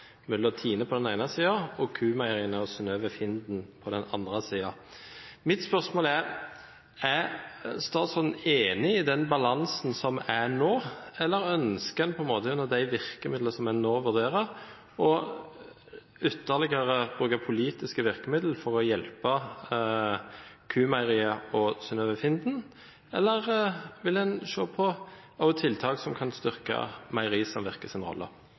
mellom TINE på den ene siden og Q-Meieriene og Synnøve Finden på den andre siden. Mitt spørsmål er: Er statsråden enig i den balansen som er nå, eller ønsker en gjennom de virkemidlene som en nå vurderer, å bruke ytterligere politiske virkemidler for å hjelpe Q-Meieriene og Synnøve Finden? Eller vil en også se på tiltak som kan styrke